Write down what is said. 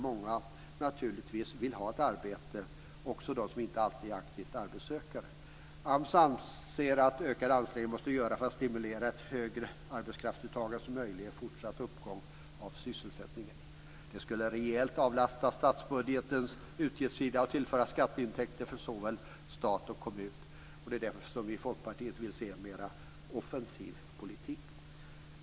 Många vill naturligtvis ha ett arbete, också de som inte alltid är aktivt arbetssökande. AMS anser att ökade ansträngningar måste göras för att stimulera ett högre arbetskraftsuttagande, som möjliggör fortsatt uppgång av sysselsättningen. Det skulle rejält avlasta statsbudgetens utgiftssida och tillföra såväl stat som kommun skatteintäkter. Det är därför vi i Folkpartiet vill se en mer offensiv politik.